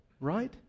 Right